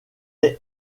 est